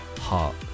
heart